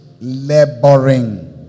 laboring